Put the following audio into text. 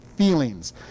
feelings